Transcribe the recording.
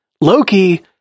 Loki